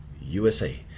USA